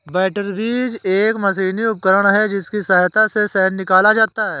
बैटरबी एक मशीनी उपकरण है जिसकी सहायता से शहद निकाला जाता है